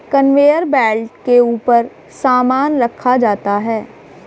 conveyor belt के ऊपर सामान रखा जाता है